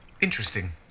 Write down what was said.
Interesting